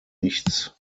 nichts